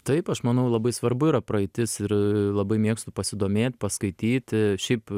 taip aš manau labai svarbu yra praeitis ir labai mėgstu pasidomėt paskaityti šiaip